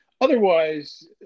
otherwise